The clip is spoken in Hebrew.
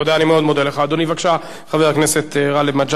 בבקשה, חבר הכנסת גאלב מג'אדלה, אחרון הדוברים.